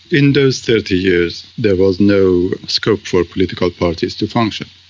in those thirty years, there was no scope for political parties to function.